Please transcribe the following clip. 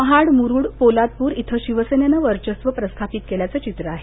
महाड मुरूड पोलादपुर इथं शिवसेनेनं वर्चस्व प्रस्थापित केल्याचं चित्र आहे